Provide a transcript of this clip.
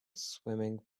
swimming